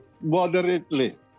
moderately